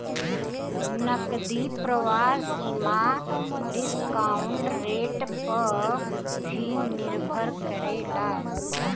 नगदी प्रवाह सीमा डिस्काउंट रेट पअ भी निर्भर करेला